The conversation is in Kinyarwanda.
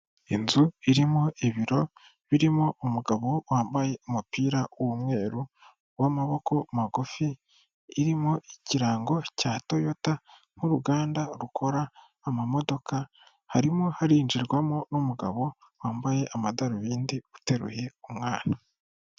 Inzu irimo ibiro, birimo umugabo wambaye umupira w'umweru w'amaboko magufi, irimo ikirango cya toyota nk'uruganda rukora amamodoka, harimo harinjirwamo n'umugabo wambaye amadarubindi uteruye umwana.